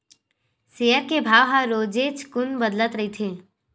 share के भाव ह रोजेच कुन बदलत रहिथे